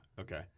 Okay